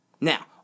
Now